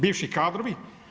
Bivši kadrovi.